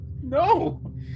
No